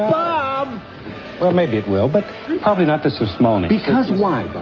bob well, maybe it will. but probably not the so smithsonian because why,